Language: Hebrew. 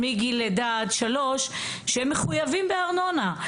מגיל לידה עד גיל שלוש שהם מחויבים בארנונה.